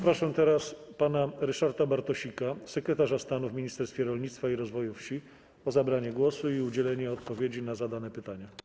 Proszę teraz pana Ryszarda Bartosika, sekretarza stanu w Ministerstwie Rolnictwa i Rozwoju Wsi, o zabranie głosu i udzielenie odpowiedzi na zadane pytania.